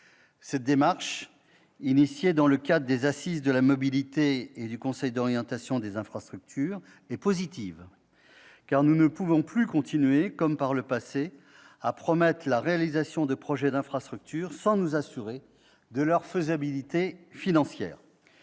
Cette démarche, engagée dans le cadre des assises de la mobilité et du Conseil d'orientation des infrastructures, est positive, car nous ne pouvons plus continuer, comme par le passé, à promettre la réalisation de projets d'infrastructures sans nous assurer de leur faisabilité financière.